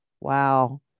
wow